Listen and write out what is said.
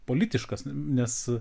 politiškas nes